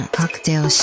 cocktail